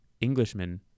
englishman